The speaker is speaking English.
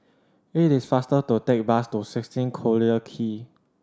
it is faster to take a bus to sixteen Collyer Quay